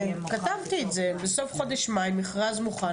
כתבתי את זה בסוף חודש מאי מכרז מוכן